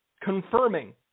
confirming